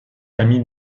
cami